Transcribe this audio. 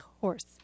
horse